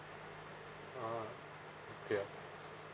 ah okay ah